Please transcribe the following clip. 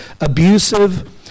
abusive